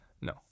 No